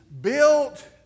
built